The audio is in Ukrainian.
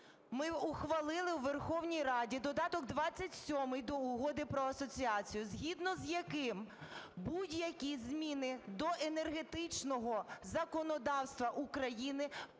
ми ухвалили у Верховній Раді додаток XXVII до Угоди про асоціацію, згідно з яким будь-які зміни до енергетичного законодавства України